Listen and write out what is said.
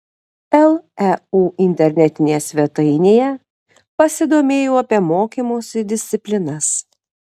leu internetinėje svetainėje pasidomėjau apie mokymosi disciplinas